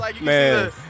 Man